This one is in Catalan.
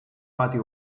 pati